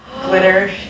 Glitter